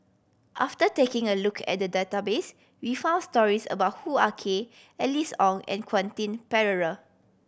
after taking a look at the database we found stories about Hoo Ah Kay Alice Ong and Quentin Pereira